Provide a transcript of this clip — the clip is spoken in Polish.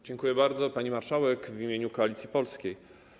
Dziękuję bardzo, pani marszałek, w imieniu Koalicji Polskiej.